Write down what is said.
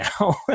now